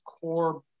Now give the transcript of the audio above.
core